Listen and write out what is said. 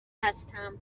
هستم